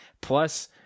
Plus